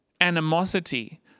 animosity